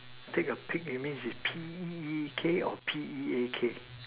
take a peek image is P_E_E_K or P_E_A_K